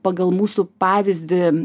pagal mūsų pavyzdį